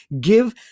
give